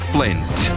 Flint